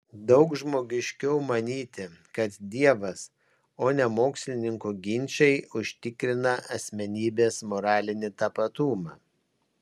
daug žmogiškiau manyti kad dievas o ne mokslininkų ginčai užtikrina asmenybės moralinį tapatumą